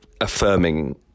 affirming